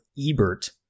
Ebert